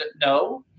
no